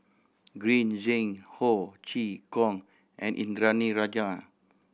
Green Zeng Ho Chee Kong and Indranee Rajah